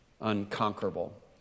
unconquerable